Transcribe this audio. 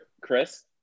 Chris